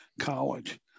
college